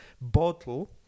bottle